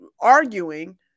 arguing